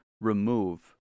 remove